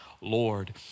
Lord